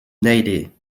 naillet